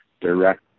direct